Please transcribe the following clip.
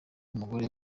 y’umugore